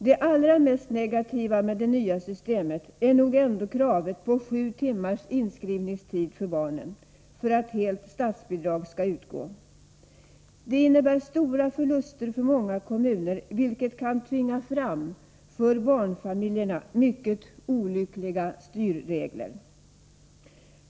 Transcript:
Det allra mest negativa med det nya systemet är nog ändå kravet på 7 timmars inskrivningstid för barnen för att helt statsbidrag skall utgå. Detta innebär stora förluster för många kommuner, vilket kan tvinga fram för barnfamiljerna ytterst olyckliga styrregler.